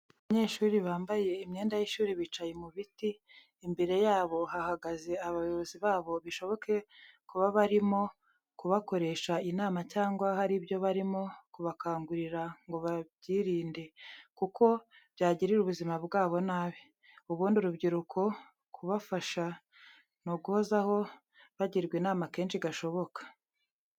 Abanyeshuri bambaye imyenda y'ishuri bicaye mu biti, imbere yabo hahagaze abayobozi babo bishoboke kuba barimo kubakoresha inama cyangwa hari ibyo barimo kubakangurira ngo babyirinde, kuko byagirira ubuzima bwabo nabi. Ubundi urubyiruko kubafasha ni uguhozaho bagirwa inama kenshi gashoboka.